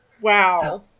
Wow